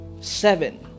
Seven